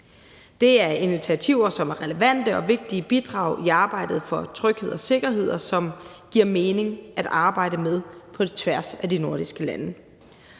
Det er initiativer, som er relevante og vigtige bidrag i arbejdet for tryghed og sikkerhed, og som giver mening at arbejde med på tværs af de nordiske lande,